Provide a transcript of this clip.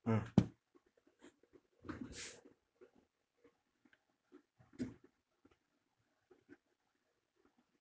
mm